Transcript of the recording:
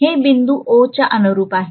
हे बिंदू O च्या अनुरुप आहे